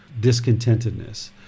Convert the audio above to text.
discontentedness